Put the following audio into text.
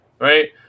right